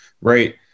Right